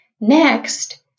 Next